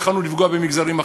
יכולנו לפגוע במגזרים אחרים.